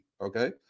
okay